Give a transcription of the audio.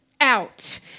out